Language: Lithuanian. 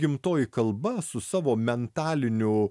gimtoji kalba su savo mentaliniu